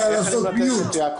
לעשות mute.